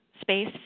Space